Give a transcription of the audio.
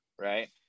right